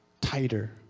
tighter